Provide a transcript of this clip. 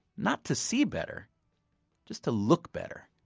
not to see better just to look better.